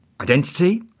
identity